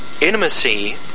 intimacy